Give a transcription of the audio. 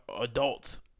adults